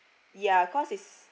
ya because is